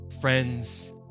friends